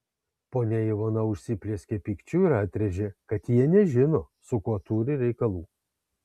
ponia ivona užsiplieskė pykčiu ir atrėžė kad jie nežino su kuo turi reikalų